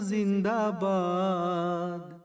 Zindabad